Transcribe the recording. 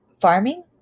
farming